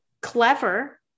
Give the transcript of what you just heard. Clever